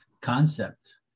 concept